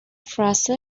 phrase